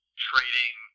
trading